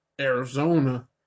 Arizona